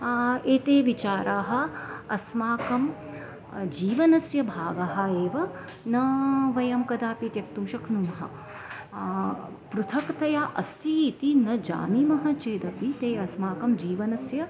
एते विचाराः अस्माकं जीवनस्य भागः एव न वयं कदापि त्यक्तुं शक्नुमः पृथक्तया अस्ति इति न जानीमः चेदपि ते अस्माकं जीवनस्य